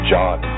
John